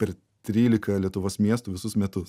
per trylika lietuvos miestų visus metus